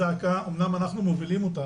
אומנם אנחנו מובילים את הזעקה הזאת,